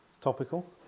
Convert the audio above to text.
Topical